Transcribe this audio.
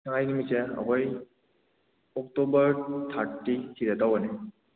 ꯁꯪꯉꯥꯏ ꯅꯨꯃꯤꯠꯁꯦ ꯑꯩꯈꯣꯏ ꯑꯣꯛꯇꯣꯕꯔ ꯊꯥꯔꯇꯤꯁꯤꯗ ꯇꯧꯒꯅꯤ